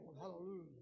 hallelujah